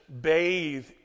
bathe